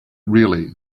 really